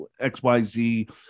XYZ